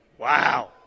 Wow